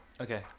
Okay